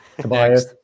Tobias